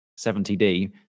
70D